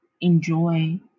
enjoy